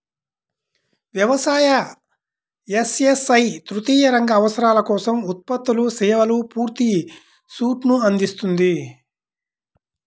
వ్యవసాయ, ఎస్.ఎస్.ఐ తృతీయ రంగ అవసరాల కోసం ఉత్పత్తులు, సేవల పూర్తి సూట్ను అందిస్తుంది